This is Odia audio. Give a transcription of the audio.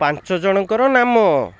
ପାଞ୍ଚଜଣଙ୍କର ନାମ